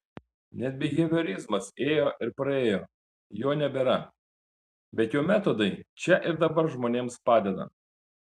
net biheviorizmas ėjo ir praėjo jo nebėra bet jo metodai čia ir dabar žmonėms padeda